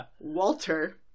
walter